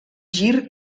gir